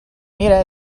mira